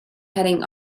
heading